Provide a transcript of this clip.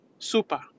Super